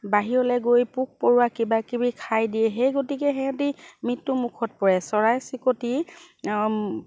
বাহিৰলৈ গৈ পোক পৰুৱা কিবাকিবি খাই দিয়ে সেই গতিকে সিহঁতি মৃত্যু মুখত পৰে চৰাই চিৰিকটি